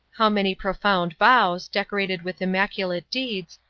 how many profound vows, decorated with immaculate deeds,